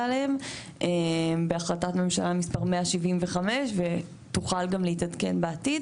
עליהם בהחלטת ממשלה מספר 175 ותוכל גם להתעדכן בעתיד.